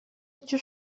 icyo